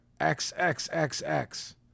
XXXX